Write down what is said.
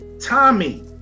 Tommy